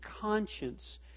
conscience